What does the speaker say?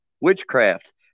witchcraft